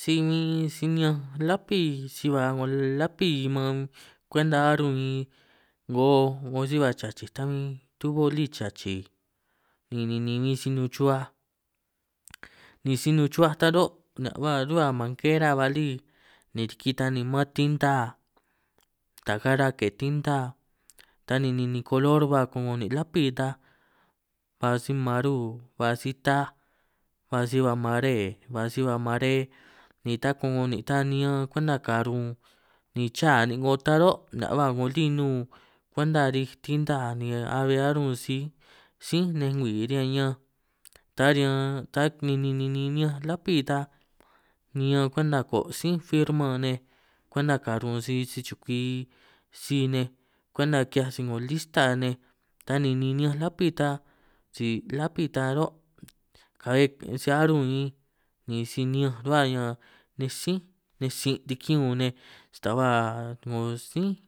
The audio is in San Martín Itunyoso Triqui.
Si min si ni'ñanj lapi si ba 'ngo lapi man kwenta arun min, 'ngo si ba chachij ta min tubo lí chachij ni ninin min si nun chuhuaj, ni si nun chuhua ta ro' nihia' ba ruba mangera ba lí ni riki ta ni man tinta, ta gara ke tinta ta ni ni kolor ba ko'ngo nin' lapí, ta ba si maru, ba si taj ba si ba mare, ba si ba marȇ, ni ta ko'ngo nin' ta niñan kwenta karun, ni chaa nin' 'ngo ta ro' ni nihia' ba 'ngo lí nun kwenta rij tinta, ni a'bbe arun' si sí nej ngwii riñan ñanj, ta riñan ta' ni ni ni niñanj lapí ta niñan kwenta ko' sí firma nej, kwenta karun sij sichukwi sij nej, kwenta ki'hiaj si 'ngo lista nej ta ni ni ni niñanj lapí ta si lapí ta ro' kabbe' si arun ninj, ni si niñanj ruba ñan nej sí nej sin' tiki'ñun nej, sta ba 'ngo sí